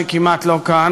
שכמעט לא כאן,